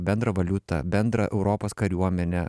bendrą valiutą bendrą europos kariuomenę